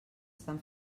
estan